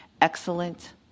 excellent